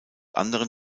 anderen